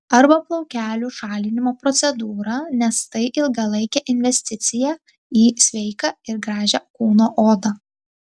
arba plaukelių šalinimo procedūrą nes tai ilgalaikė investiciją į sveiką ir gražią kūno odą